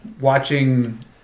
watching